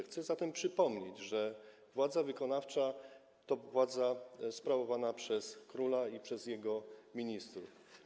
Chcę zatem przypomnieć, że władza wykonawcza to władza sprawowana przez króla i przez jego ministrów.